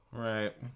right